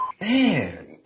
Man